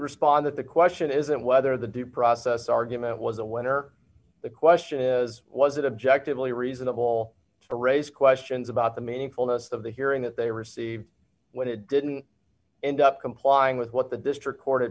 respond that the question isn't whether the due process argument was a winner the question is was it objective really reasonable to raise questions about the meaningfulness of the hearing that they received what it didn't end up complying with what the district court